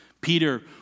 Peter